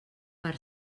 per